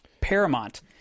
paramount